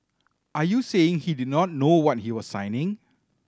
are you saying he did not know what he was signing